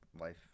life